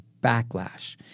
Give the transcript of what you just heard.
backlash